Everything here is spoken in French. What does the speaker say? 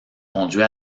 conduit